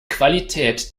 qualität